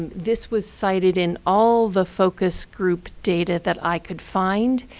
this was cited in all the focus group data that i could find,